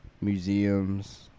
museums